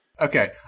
okay